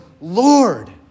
Lord